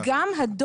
רק לשם